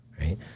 right